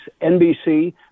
NBC